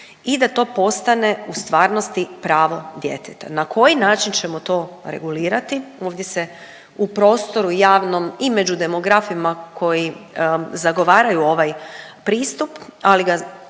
i da to postane u stvarnosti pravo djeteta. Na koji način ćemo to regulirati ovdje se u prostoru javnom i među demografima koji zagovaraju ovaj pristup, ali ga